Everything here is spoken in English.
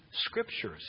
scriptures